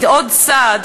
היא עוד צעד,